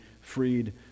freed